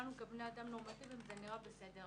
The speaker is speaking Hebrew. שלנו כבני אדם נורמטיביים זה נראה בסדר.